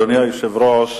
אדוני היושב-ראש,